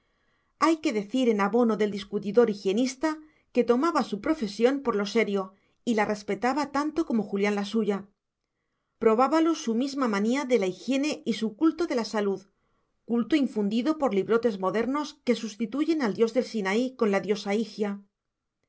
hay que decir en abono del discutidor higienista que tomaba su profesión por lo serio y la respetaba tanto como julián la suya probábalo su misma manía de la higiene y su culto de la salud culto infundido por librotes modernos que sustituyen al dios del sinaí con la diosa higia